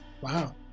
Wow